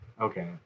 Okay